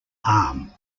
arm